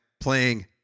playing